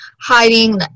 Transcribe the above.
hiding